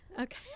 Okay